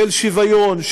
של שוויון,